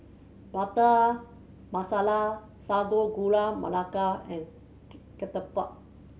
Butter Masala Sago Gula Melaka and ketupat